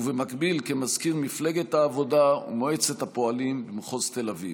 ובמקביל כמזכיר מפלגת העבודה ומועצת הפועלים במחוז תל אביב.